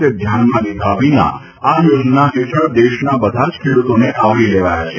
તે ધ્યાનમાં લીધા વિના આ યોજના હેઠળ દેશના બધા જ ખેડૂતોને આવરી લેવાયા છે